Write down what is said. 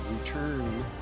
return